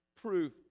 proof